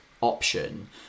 option